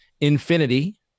Infinity